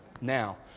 Now